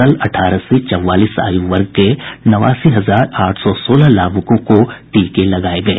कल अठारह से चौवालीस आयु वर्ग के नवासी हजार आठ सौ सोलह लाभुकों को टीके लगाये गये